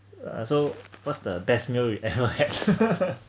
uh so what's the best meal you've ever had